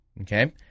Okay